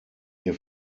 ihr